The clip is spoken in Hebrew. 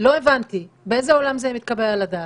לא הבנתי, באיזה עולם זה מתקבל על הדעת?